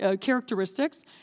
characteristics